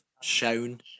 shown